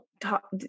talk